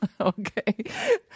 Okay